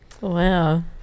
wow